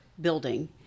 building